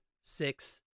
six